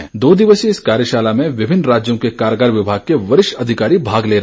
इस दो दिवसीय कार्यशाला में विभिन्न राज्यों के कारागार विभाग के वरिष्ठ अधिकारी भाग ले रहे